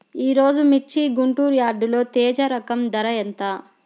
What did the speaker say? ఈరోజు మిర్చి గుంటూరు యార్డులో తేజ రకం ధర ఎంత?